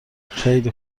خیلی